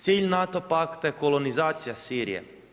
Cilj NATO pakta je kolonizacija Sirije.